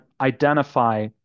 identify